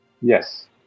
Yes